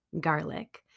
garlic